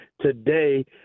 today